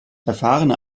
erfahrene